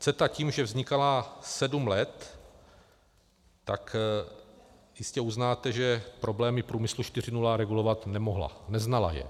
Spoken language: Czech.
CETA tím, že vznikala sedm let, tak jistě uznáte, že problémy Průmyslu 4.0 regulovat nemohla, neznala je.